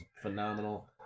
phenomenal